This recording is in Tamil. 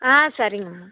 ஆ சரிங்கம்மா